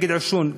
נגד עישון,